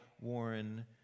Warren